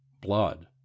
blood